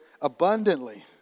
abundantly